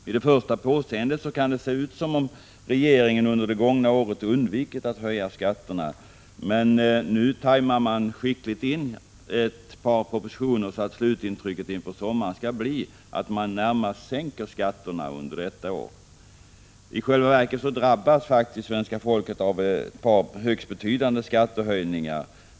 Vid ett första påseende kan det se ut som om regeringen under det gångna året undvikit att höja skatterna. Nu lägger man skickligt in ett par propositioner, så att slutintrycket inför sommaren skall bli att regeringen närmast sänker skatterna under detta år. I själva verket drabbas faktiskt svenska folket av ett par högst betydande skattehöjningar.